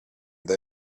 they